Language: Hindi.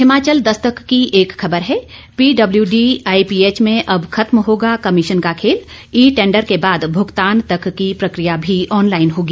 हिमाचल दस्तक की एक खबर है पीडब्ल्यूडी आईपीएच में अब खत्म होगा कमीशन का खेल ई टेंडर के बाद भुगतान तक की प्रक्रिया भी ऑनलाईन होगी